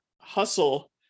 hustle